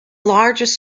largest